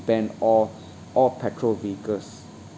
ban all all petrol vehicles